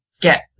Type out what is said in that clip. get